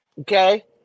Okay